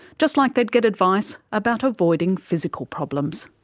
just like they'd get advice about avoiding physical problems.